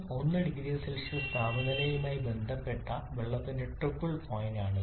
01 0 C താപനിലയുമായി ബന്ധപ്പെട്ട വെള്ളത്തിന്റെ ട്രിപ്പിൾ പോയിന്റാണിത്